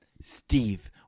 Steve